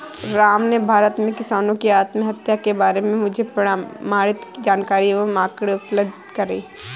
राम ने भारत में किसानों की आत्महत्या के बारे में मुझे प्रमाणित जानकारी एवं आंकड़े उपलब्ध किये